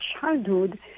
childhood